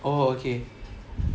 orh okay